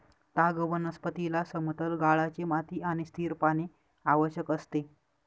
ताग वनस्पतीला समतल गाळाची माती आणि स्थिर पाणी आवश्यक असते